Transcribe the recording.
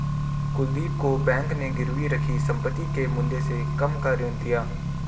कुलदीप को बैंक ने गिरवी रखी संपत्ति के मूल्य से कम का ऋण दिया